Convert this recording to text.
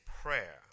prayer